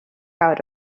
out